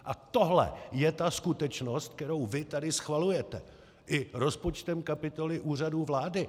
A tohle je ta skutečnost, kterou vy tady schvalujete i rozpočtem kapitoly Úřadu vlády.